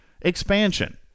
expansion